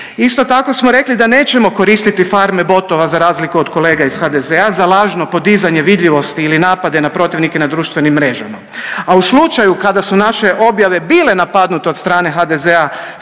Isto tako smo rekli da nećemo koristiti farme botova za razliku od kolega iz HDZ-a, za lažno podizanje vidljivosti ili napade na protivnike na društvenim mrežama, a u slučaju kada su naše objave bile napadnute od strane HDZ-a